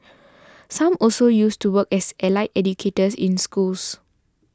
some also used to work as allied educators in schools